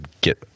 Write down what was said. get